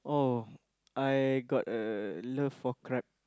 oh I got a love for crab